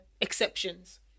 exceptions